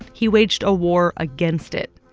he waged a war against it.